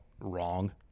Wrong